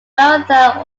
maratha